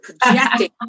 projecting